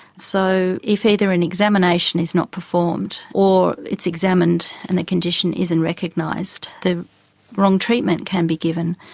so if either an examination is not performed or it's examined and the condition isn't recognised, the wrong treatment can be given.